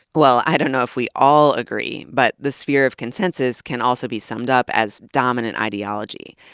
well i dunno if we all agree, but the sphere of consensus can also be summed up as dominant ideology.